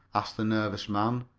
asked the nervous man.